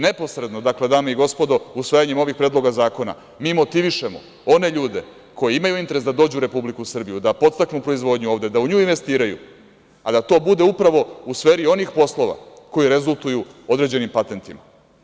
Neposredno, dakle, dame i gospodo, usvajanjem ovih predloga zakona, mi motivišemo one ljude koji imaju interes da dođu u Republiku Srbiju, da podstaknu proizvodnju ovde, da u nju investiraju, a da to bude upravo u sferi onih poslova koji rezultuju određenim patentnima.